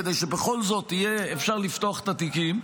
כדי שבכל זאת יהיה אפשר לפתוח את התיקים,